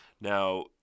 Now